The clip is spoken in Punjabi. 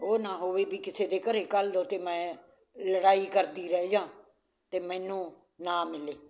ਉਹ ਨਾ ਹੋਵੇ ਵੀ ਕਿਸੇ ਦੇ ਘਰ ਘੱਲ ਦਿਉ ਅਤੇ ਮੈਂ ਲੜਾਈ ਕਰਦੀ ਰਹਿਜਾਂ ਅਤੇ ਮੈਨੂੰ ਨਾ ਮਿਲੇ